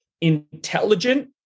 intelligent